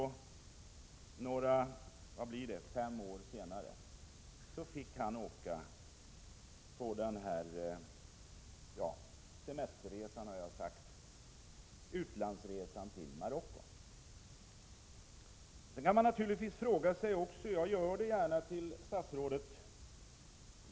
Redan i december 1985, dvs. fem år senare, fick han åka på denna utlandsresa till Marocko.